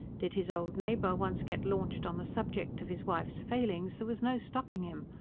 did his old neighbour once get launched on the subject of his wife's failings, there was no stopping him.